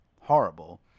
horrible